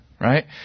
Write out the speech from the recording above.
Right